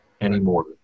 anymore